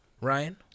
Ryan